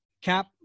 Cap